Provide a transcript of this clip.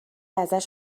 ازش